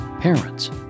parents